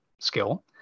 skill